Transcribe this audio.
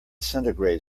centigrade